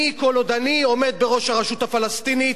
כל עוד אני עומד בראש הרשות הפלסטינית,